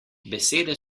besede